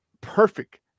perfect